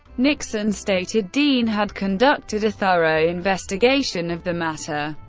nixon stated dean had conducted a thorough investigation of the matter,